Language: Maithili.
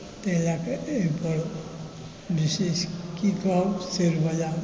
ताहि लऽ कऽ एहिपर विशेष की कहब शेअर बजार